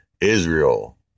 Israel